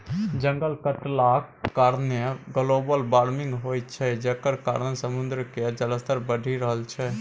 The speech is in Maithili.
जंगल कटलाक कारणेँ ग्लोबल बार्मिंग होइ छै जकर कारणेँ समुद्र केर जलस्तर बढ़ि रहल छै